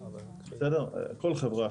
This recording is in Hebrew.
כל חברה,